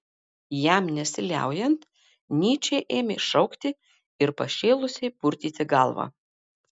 jam nesiliaujant nyčė ėmė šaukti ir pašėlusiai purtyti galvą